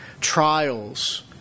trials